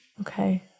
Okay